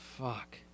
fuck